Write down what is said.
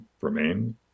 remain